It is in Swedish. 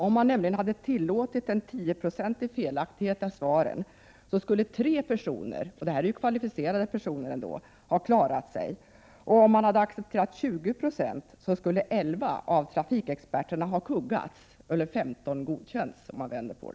Om man hade tillåtit 10 96 fel i svaren, skulle 3 av dessa personer, som ändå är kvalificerade på detta område, ha klarat sig. Om man hade accepterat 20 96 fel skulle 11 av trafikexperterna ha kuggats eller — om man vänder på det — 15 ha godkänts.